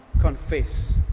confess